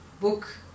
book